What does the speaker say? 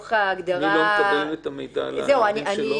מי לא מקבל את המידע על העובדים שלו?